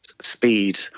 speed